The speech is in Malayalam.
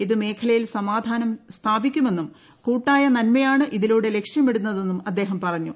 ഇത് മേഖലയിൽ സമ്പ്യാന്നം സ്ഥാപിക്കുമെന്നും കൂട്ടായ നന്മയാണ് ഇതിലൂടെ ലക്ഷ്യമിടുന്നതെന്നും അദ്ദേഹം പറഞ്ഞു